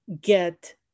get